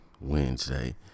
Wednesday